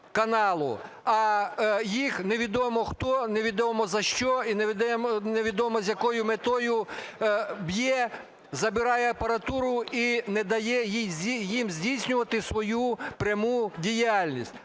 їх невідомо хто невідомо за що і невідомо з якою метою б'є, забирає апаратуру і не дає їм здійснювати свою пряму діяльність.